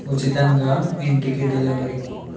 ఉచితంగా ఇంటికి డెలివరీ